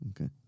Okay